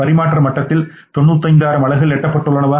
பரிமாற்ற மட்டத்தில் 95000 அலகுகள் எட்டப்பட்டுள்ளனவா